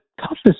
toughest